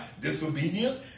disobedience